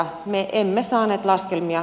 me emme saaneet laskelmia